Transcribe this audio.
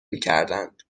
میکردند